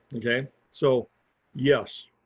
okay, so yes.